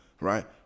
Right